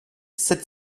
sept